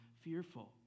fearful